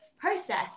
process